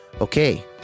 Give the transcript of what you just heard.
okay